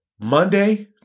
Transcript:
Monday